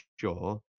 sure